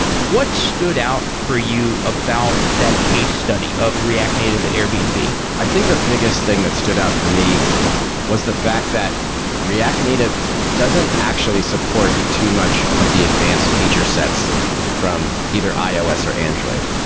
what stood out for you about that case study of react native at airbnb? i think the biggest thing that stood out for me was the fact that react native doesn't actually support too much of the advanced feature sets from either ios or android.